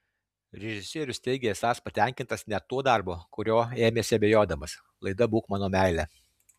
režisierius teigia esąs patenkintas net tuo darbu kurio ėmėsi abejodamas laida būk mano meile